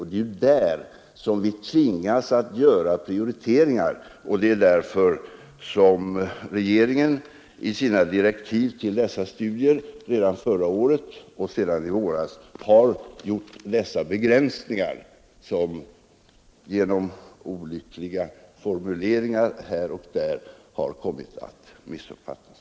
Det är där vi tvingas göra prioriteringar, och det är därför regeringen i sina direktiv till dessa studier redan förra året, och sedan i våras, har gjort dessa begränsningar, som genom olyckliga formuleringar här och där har kommit att missuppfattas.